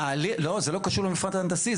לא, זה לא קשור למפרט ההנדסי.